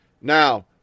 Now